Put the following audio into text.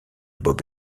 bob